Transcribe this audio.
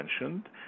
mentioned